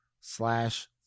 slash